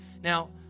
Now